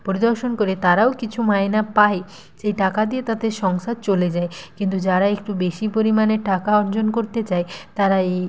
পরিদর্শন করে তারাও কিছু মায়না পায় যেই টাকা দিয়ে তাদের সংসার চলে যায় কিন্তু যারা একটু বেশি পরিমাণে টাকা অর্জন করতে চায় তারা এই